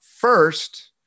First